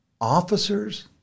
Officers